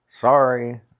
Sorry